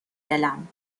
دلم